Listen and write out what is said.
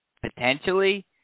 Potentially